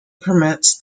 permits